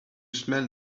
smell